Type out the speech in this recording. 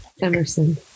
Emerson